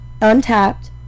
Untapped